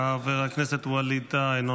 חבר הכנסת ווליד טאהא,